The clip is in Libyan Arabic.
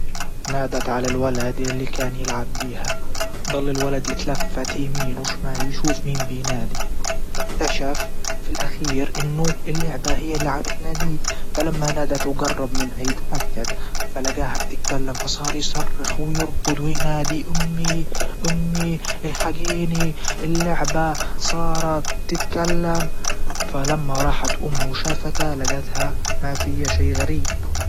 نادت على الولد يلي كان يلعب بيها ضل الولد يتلفت يمين وشمال يشوف مين بينادي فاكتشف في الاخير انه اللعبة هي اللي عم تناديه فلما نادت وجرب منها يتأكد فلاجاها بتتكلم فصار يصرخ ويركض وينادي امي امي الحجيني اللعبة صارت تتكلم فلما راحت امه شافته لجتها ما فيها شيء غريب.